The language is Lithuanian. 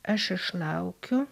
aš išlaukiu